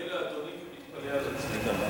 אני מודה לאדוני ומתפלא על עצמי.